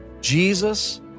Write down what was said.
Jesus